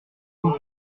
vous